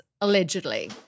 allegedly